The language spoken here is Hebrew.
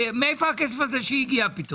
מאיפה הכסף הזה הגיע פתאום?